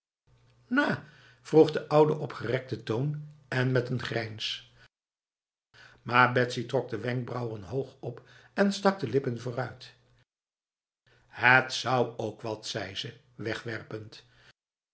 nah vroeg de oude op gerekte toon en met een grijns maar betsy trok de wenkbrauwen hoog op en stak de lippen vooruit het zou ook wat zei ze wegwerpend